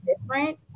different